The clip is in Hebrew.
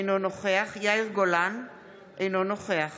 אינו נוכח